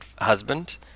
husband